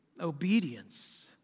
obedience